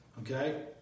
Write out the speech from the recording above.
okay